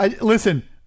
Listen